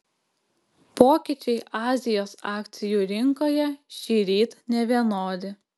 pokyčiai azijos akcijų rinkoje šįryt nevienodi